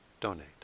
donate